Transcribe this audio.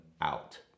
out